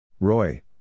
Roy